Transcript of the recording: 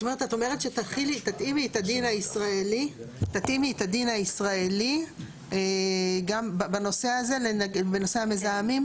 את אומרת שתתאימי את הדין הישראלי בנושא המזהמים?